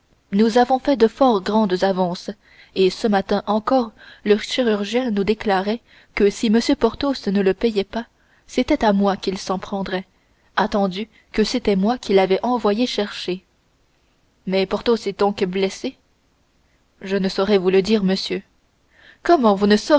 nous avons fait de fort grandes avances et ce matin encore le chirurgien nous déclarait que si m porthos ne le payait pas c'était à moi qu'il s'en prendrait attendu que c'était moi qui l'avais envoyé chercher mais porthos est donc blessé je ne saurais vous le dire monsieur comment vous ne